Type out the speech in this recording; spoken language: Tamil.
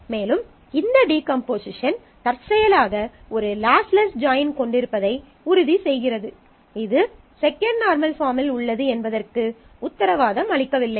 மேலும் இந்த டீகம்போசிஷன் தற்செயலாக ஒரு லாஸ்லெஸ் ஜாயின் கொண்டிருப்பதை உறுதி செய்கிறது இது செகண்ட் நார்மல் பாஃர்ம்மில் உள்ளது என்பதற்கு உத்தரவாதம் அளிக்கவில்லை